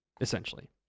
essentially